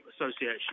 Association